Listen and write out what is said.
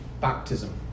baptism